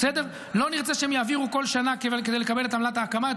לא נרצה שהם יעבירו כל שנה כדי לקבל את עמלת ההקמה,